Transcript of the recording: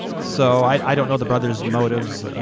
so i don't know the brother's motives.